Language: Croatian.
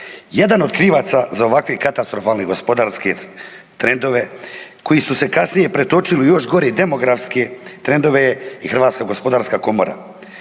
Jedan od krivaca za ovakve katastrofalne gospodarske trendove koji su se kasnije pretočili u još gore demografske trendove je Hrvatska gospodarska komora.